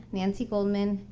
nancy goldman,